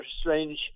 strange